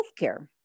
healthcare